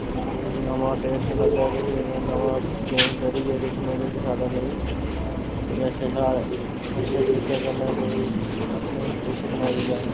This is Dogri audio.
कोई नमां टेस्ट लग्गेआ किश कोई नमां चेंज करियै किश नां किश साढ़े लेई कोई अच्छा अच्छा अच्छे तरीके कन्नै कोई अपने डिश बनाई जा